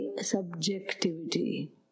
subjectivity